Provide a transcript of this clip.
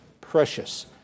precious